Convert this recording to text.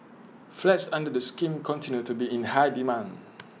flats under the scheme continue to be in high demand